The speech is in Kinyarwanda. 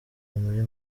muri